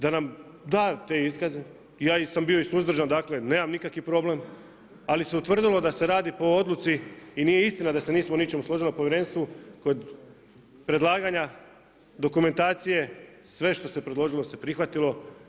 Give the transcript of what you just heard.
Da nam da te iskaze i ja sam bio i suzdržan, dakle, nemam nikakav problem, ali se utvrdio da se radi po odluci i nije istina da se nismo o ničemu složili na povjerenstvu, predlaganje, dokumentacije, sve što se predložilo se prihvatilo.